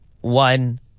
one